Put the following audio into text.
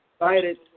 excited